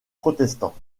protestants